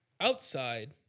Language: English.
outside